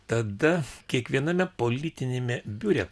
tada kiekviename politiniame biure